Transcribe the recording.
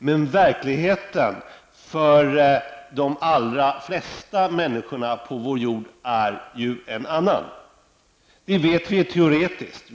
Men verkligheten för de allra flesta människor på vår jord är en annan. Vi vet det teoretiskt.